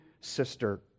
sister